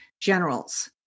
generals